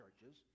churches